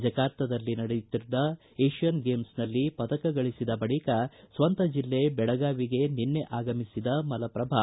ಜಕಾರ್ತಾದಲ್ಲಿ ನಡೆದ ಏಷಿಯನ್ ಗೇಮ್ನಲ್ಲಿ ಪದಕ ಗಳಿಸಿದ ಬಳಿಕ ಸ್ವಂತ ಜಿಲ್ಲೆ ಬೆಳಗಾವಿಗೆ ನಿನ್ನೆ ಆಗಮಿಸಿದ ಮಲಪ್ರಭಾ